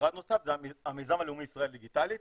משרד נוסף זה המיזם הלאומי ישראל דיגיטלית,